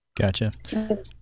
Gotcha